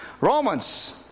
Romans